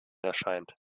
erscheint